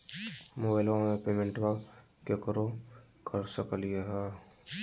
मोबाइलबा से पेमेंटबा केकरो कर सकलिए है?